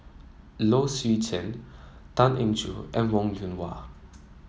Low Swee Chen Tan Eng Joo and Wong Yoon Wah